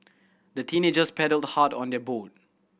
the teenagers paddled hard on their boat